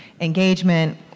engagement